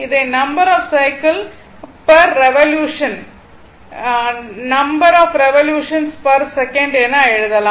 இதை number of cycle per revolution number of revolutions per second என எழுதலாம்